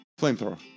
Flamethrower